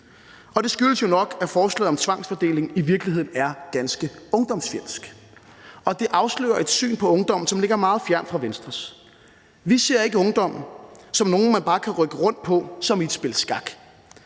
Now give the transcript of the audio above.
det skyldes jo nok, at forslaget om tvangsfordeling i virkeligheden er ganske ungdomsfjendsk, og det afslører et syn på ungdommen, som ligger meget fjernt fra Venstres. Vi ser ikke ungdommen som nogle, man bare kan rykke rundt på som i et spil skak,